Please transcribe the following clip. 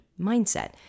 mindset